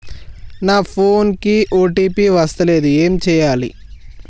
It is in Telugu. నా ఫోన్ కి ఓ.టీ.పి వస్తలేదు ఏం చేయాలే?